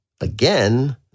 again